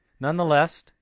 nonetheless